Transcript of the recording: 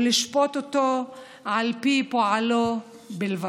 ולשפוט אותו על פי פועלו בלבד.